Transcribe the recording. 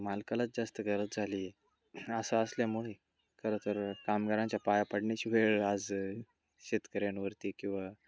मालकालाच जास्त गरज झाली आहे असं असल्यामुळे खरं तर कामगारांच्या पाया पडण्याची वेळ आज शेतकऱ्यांवरती किंवा